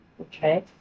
Okay